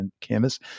canvas